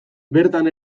bertan